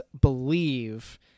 believe